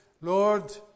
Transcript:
Lord